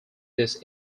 this